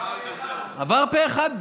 עבר פה אחד.